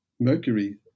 Mercury